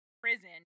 prison